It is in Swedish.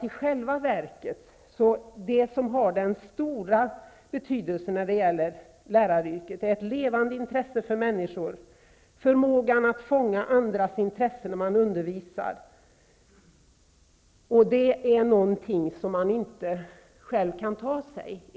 I själva verket betyder det mycket för läraryrket att man har ett levande intresse för människor och förmåga att fånga andras intresse när man undervisar. Detta är någonting som man inte själv kan tillägna sig.